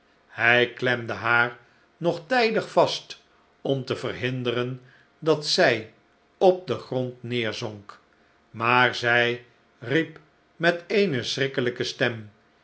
hij klemde haar nog tijdig vast om te verhinderen dat zij op den grond neerzonk maar zij riep met eene schrikkelijke stem